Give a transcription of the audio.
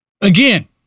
Again